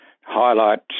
highlights